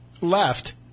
left